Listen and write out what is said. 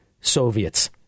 Soviets